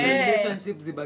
relationships